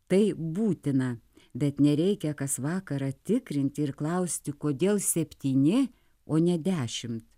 tai būtina bet nereikia kas vakarą tikrinti ir klausti kodėl septyni o ne dešimt